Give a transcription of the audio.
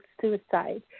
suicide